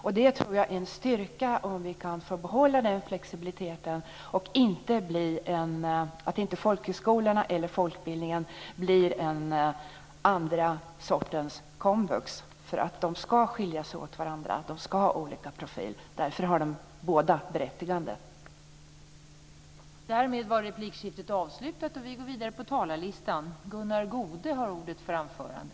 Jag tror att det är en styrka om vi kan få behålla den flexibiliteten så att inte folkhögskolorna eller folkbildningen blir en andra sortens komvux. De ska skiljas åt, de ska ha olika profil. Därför har de båda berättigande.